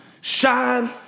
shine